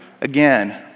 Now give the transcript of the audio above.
again